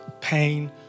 pain